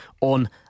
on